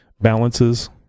balances